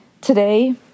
today